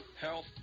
health